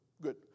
Good